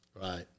Right